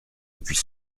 depuis